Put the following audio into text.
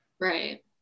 Right